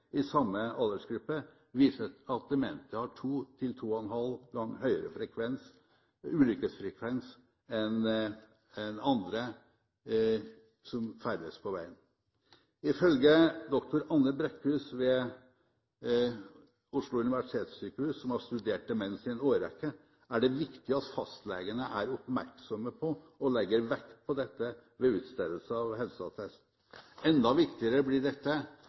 i samme aldersgruppe, har to til to og en halv gang høyere ulykkesfrekvens enn andre som ferdes på veien. Ifølge dr. Anne Brækhus ved Oslo universitetssykehus, som har studert demens i en årrekke, er det viktig at fastlegene er oppmerksomme på – og legger vekt på – dette ved utstedelse av helseattest. Enda viktigere blir dette